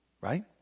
Right